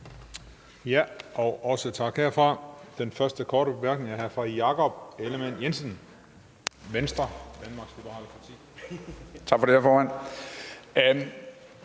Tak for det, hr. formand.